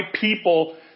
people